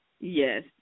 Yes